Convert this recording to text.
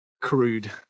crude